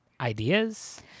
ideas